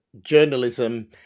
journalism